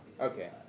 Okay